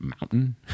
mountain